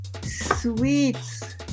Sweets